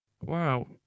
Wow